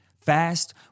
Fast